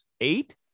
Eight